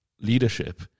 leadership